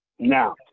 Now